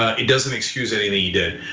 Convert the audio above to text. it doesn't excuse anything he did.